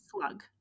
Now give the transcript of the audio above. slug